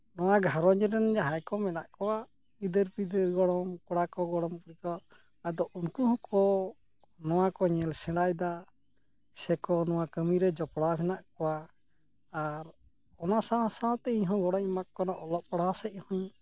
ᱱᱚᱣᱟ ᱜᱷᱟᱸᱨᱚᱡ ᱨᱮᱱ ᱡᱟᱦᱟᱸᱭ ᱠᱚ ᱢᱮᱱᱟᱜ ᱠᱚᱣᱟ ᱜᱤᱫᱟᱹᱨ ᱯᱤᱫᱟᱹᱨ ᱜᱚᱲᱚᱢ ᱠᱚᱲᱟ ᱠᱚ ᱜᱚᱲᱚᱢ ᱠᱩᱲᱤ ᱠᱚ ᱟᱫᱚ ᱩᱱᱠᱩ ᱦᱚᱸᱠᱚ ᱱᱚᱣᱟ ᱠᱚ ᱧᱮᱞ ᱥᱮᱬᱟᱭᱮᱫᱟ ᱥᱮᱠᱚ ᱱᱚᱣᱟ ᱠᱟᱹᱢᱤ ᱨᱮ ᱡᱚᱯᱲᱟᱣ ᱦᱮᱱᱟᱜ ᱠᱚᱣᱟ ᱟᱨ ᱚᱱᱟ ᱥᱟᱶ ᱥᱟᱶᱛᱮ ᱤᱧ ᱦᱚᱸ ᱜᱚᱲᱚᱧ ᱮᱢᱟ ᱠᱚ ᱠᱟᱱᱟ ᱚᱞᱚᱜ ᱯᱟᱲᱦᱟᱣ ᱥᱮᱫ ᱦᱩᱧ